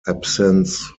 absence